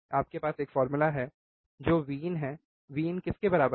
आपके पास एक फॉर्मूला है जो Vin है Vin किस के बराबर है